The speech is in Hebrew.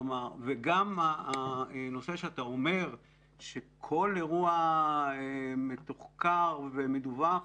גם הנושא שאתה אומר שכל אירוע מתוחקר ומדווח,